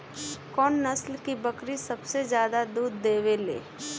कौन नस्ल की बकरी सबसे ज्यादा दूध देवेले?